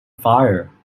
fire